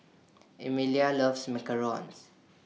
Emilia loves Macarons